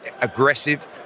aggressive